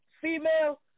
female